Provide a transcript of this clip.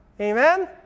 Amen